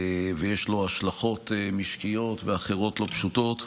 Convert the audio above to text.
ויש לו השלכות משקיות ואחרות לא פשוטות.